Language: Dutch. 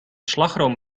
slagroom